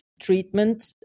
treatment